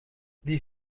dix